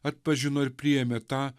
atpažino ir priėmė tą